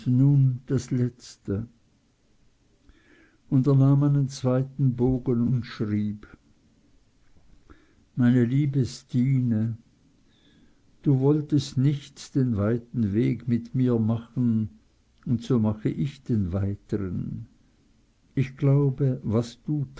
nun das letzte und er nahm einen zweiten bogen und schrieb meine liebe stine du wolltest nicht den weiten weg mit mir machen und so mache ich den weiteren ich glaube was du